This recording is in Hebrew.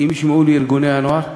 שאם ישמעו לי ארגוני הנוער,